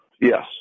Yes